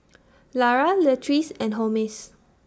Lara Leatrice and Holmes